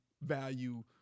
value